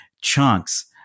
chunks